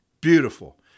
Beautiful